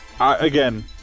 Again